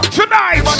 Tonight